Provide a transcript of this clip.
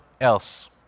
else